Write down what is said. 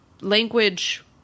language